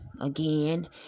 again